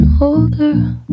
older